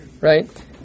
right